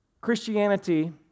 Christianity